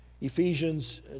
Ephesians